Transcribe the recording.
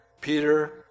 Peter